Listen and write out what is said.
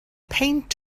peint